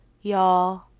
Y'all